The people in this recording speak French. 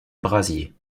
brasier